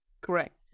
Correct